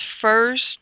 first